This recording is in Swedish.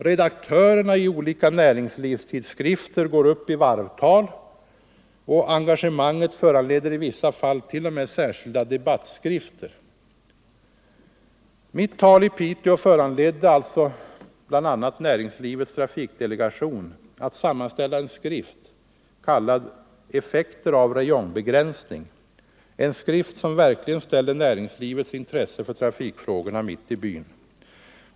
Redaktörerna i olika näringslivstidskrifter går upp i varvtal, och engagemanget föranleder i vissa fall t.o.m. särskilda debattskrifter. Mitt tal i Piteå föranledde alltså bl.a. Näringslivets trafikdelegation att sammanställa en skrift, kallad Effekter av räjongbegränsning, en skrift som verkligen ställer näringslivets intresse för trafikfrågorna mitt i byn.